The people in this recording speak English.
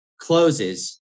closes